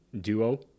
duo